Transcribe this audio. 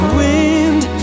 wind